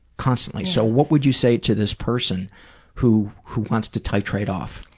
constantly. so what would you say to this person who who wants to titrate off?